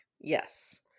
yes